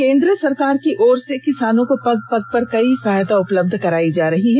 केंद्र सरकार की ओर से किसानों को पग पग पर कई सहायता उपलब्ध करायी जा रही है